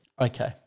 Okay